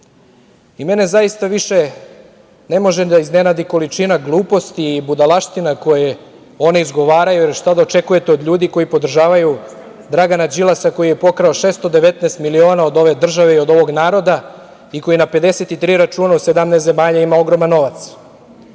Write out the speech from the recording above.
Mene zaista više ne može da iznenadi količina gluposti i budalaština koje oni izgovaraju, jer šta da očekujete od ljudi koji podržavaju Dragana Đilasa koji je pokrao 619 miliona od ove države i od ovog naroda i koji na 53 računa u 17 zemalja ima ogroman novac.